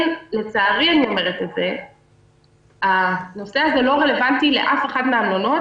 לצערי אני אומרת שהנושא הזה לא רלוונטי לאף אחד מן המלונות,